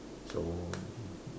so